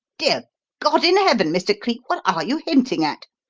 dear god in heaven, mr. cleek, what are you hinting at?